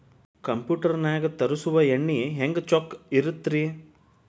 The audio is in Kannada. ಕಂಪ್ಯೂಟರ್ ನಾಗ ತರುಸುವ ಎಣ್ಣಿ ಹೆಂಗ್ ಚೊಕ್ಕ ಇರತ್ತ ರಿ?